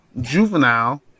Juvenile